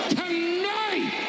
tonight